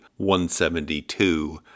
172